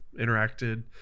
interacted